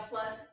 Plus